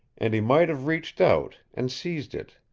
and he might have reached out, and seized it,